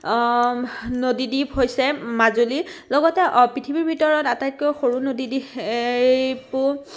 নদী দ্বীপ হৈছে মাজুলীৰ লগতে পৃথিৱীৰ ভিতৰত আটাইতকৈ সৰু নদী দ্বীপো